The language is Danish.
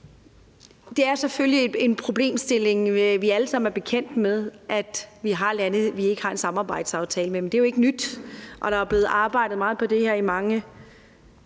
Det er selvfølgelig en problemstilling, vi alle sammen er bekendt med, altså at der er lande, vi ikke har en samarbejdsaftale med. Men det er jo ikke nyt, og der er blevet arbejdet meget på det her i mange